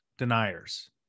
deniers